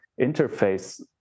Interface